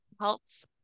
helps